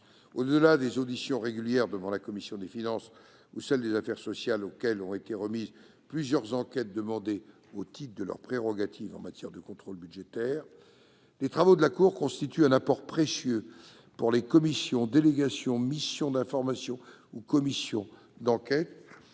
Au-delà des auditions régulières devant la commission des finances ou la commission des affaires sociales, auxquelles ont été remises plusieurs enquêtes demandées au titre de leurs prérogatives en matière de contrôle budgétaire, les travaux de la Cour des comptes constituent un apport précieux pour les commissions, délégations, missions d'information ou commissions d'enquête,